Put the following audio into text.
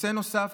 נושא נוסף,